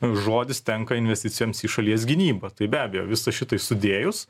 žodis tenka investicijoms į šalies gynybą tai be abejo visą šitai sudėjus